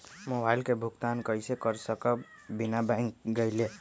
Mobile के भुगतान कईसे कर सकब बिना बैंक गईले?